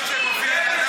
מה שהם עושים,